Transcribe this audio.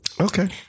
okay